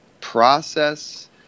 process